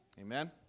Amen